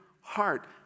heart